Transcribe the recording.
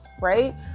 right